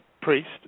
priest